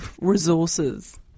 resources